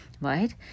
right